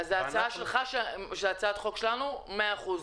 אז ההצעה שלך היא שהצעת החוק שלנו מאה אחוז,